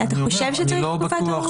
אתה חושב שצריך תקופה יותר ארוכה?